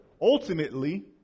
ultimately